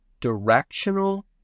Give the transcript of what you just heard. directional